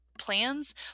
plans